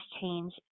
change